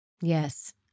Yes